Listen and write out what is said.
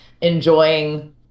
enjoying